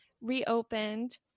reopened